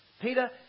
Peter